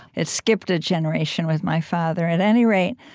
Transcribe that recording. it skipped a generation with my father. at any rate,